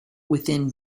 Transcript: within